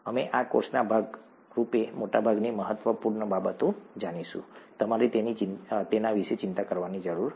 અમે આ કોર્સના ભાગ રૂપે મોટાભાગની મહત્વપૂર્ણ બાબતો જાણીશું તમારે તેના વિશે ચિંતા કરવાની જરૂર નથી